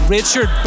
Richard